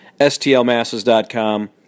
STLMasses.com